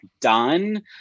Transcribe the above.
done